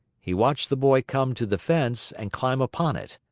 he watched the boy come to the fence, and climb upon it.